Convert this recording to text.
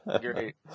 great